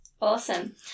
Awesome